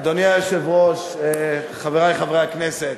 אדוני היושב-ראש, חברי חברי הכנסת,